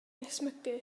ysmygu